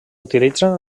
utilitzen